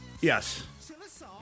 yes